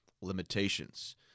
limitations